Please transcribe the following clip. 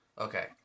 Okay